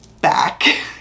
back